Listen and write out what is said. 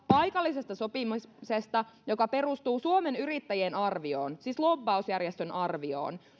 paikallisesta sopimisesta joka perustuu suomen yrittäjien arvioon siis lobbausjärjestön arvioon